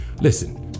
Listen